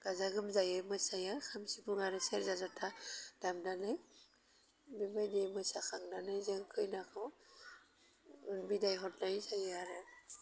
गाजा गोमजायै मोसायो खाम सिफुं आरो सेरजा ज'था दामनानै बेबायदि मोसाखांनानै जों खैनाखौ बिदाय हरनाय जायो आरो